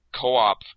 co-op